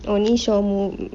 only Shaw mov~